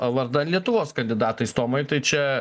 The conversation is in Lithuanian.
vardan lietuvos kandidatais tomai tai čia